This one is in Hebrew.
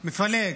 מפלג.